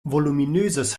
voluminöses